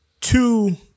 Two